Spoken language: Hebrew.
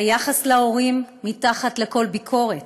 "היחס להורים מתחת לכל ביקורת.